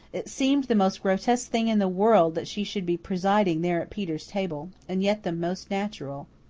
it seemed the most grotesque thing in the world that she should be presiding there at peter's table, and yet the most natural.